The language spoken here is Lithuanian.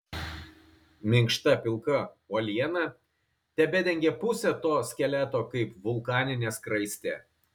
minkšta pilka uoliena tebedengė pusę to skeleto kaip vulkaninė skraistė